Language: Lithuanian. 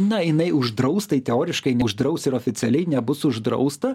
na jinai uždraus tai teoriškai uždraus ir oficialiai nebus uždrausta